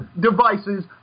devices